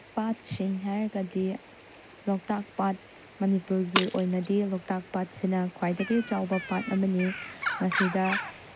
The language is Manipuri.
ꯄꯥꯠꯁꯤꯡ ꯍꯥꯏꯔꯒꯗꯤ ꯂꯣꯛꯇꯥꯛ ꯄꯥꯠ ꯃꯅꯤꯄꯨꯔꯒꯤ ꯑꯣꯏꯅꯗꯤ ꯂꯣꯛꯇꯥꯛ ꯄꯥꯠꯁꯤꯅ ꯈ꯭ꯋꯥꯏꯗꯒꯤ ꯆꯥꯎꯕ ꯄꯥꯠ ꯑꯃꯅꯤ ꯃꯁꯤꯗ